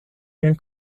ihren